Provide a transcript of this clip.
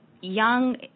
young